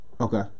Okay